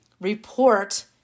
report